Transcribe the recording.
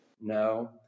no